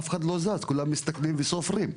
כולם מסתכלים וסופרים.